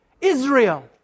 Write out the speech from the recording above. Israel